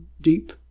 deep